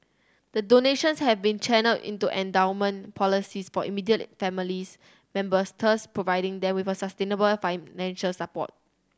the donations have been channelled into endowment policies for immediate families members thus providing them with sustainable financial support